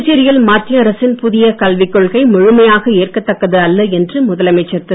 புதுச்சேரியில் மத்திய அரசின் புதிய கல்விக் கொள்கை முழுமையாக ஏற்கத் தக்கது அல்ல என்று முதலமைச்சர் திரு